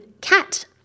cat